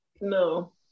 No